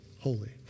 holy